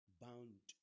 bound